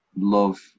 love